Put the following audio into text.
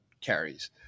carries